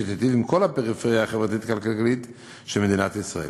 שתיטיב עם כל הפריפריה החברתית-כלכלית של מדינת ישראל.